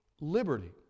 Liberty